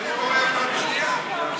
הדובר, שיעור היסטוריה כבר פעם